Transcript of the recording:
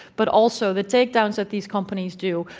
but also the takedowns that these companies do.